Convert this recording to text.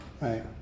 Right